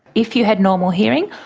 if you had normal hearing,